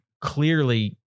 clearly